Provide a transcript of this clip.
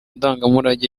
ndangamurage